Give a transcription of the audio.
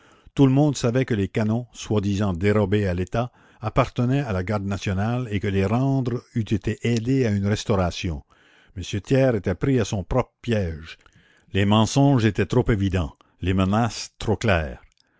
tout le monde savait que les canons soi-disant dérobés à l'etat appartenaient à la garde nationale et que les rendre eût été aider à une restauration m thiers était pris à son propre piège les mensonges étaient trop évidents les menaces trop claires